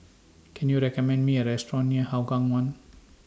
Can YOU recommend Me A Restaurant near Hougang one